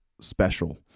special